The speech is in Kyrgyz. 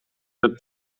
деп